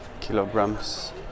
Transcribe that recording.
kilograms